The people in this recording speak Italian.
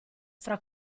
fra